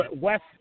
west